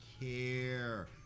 care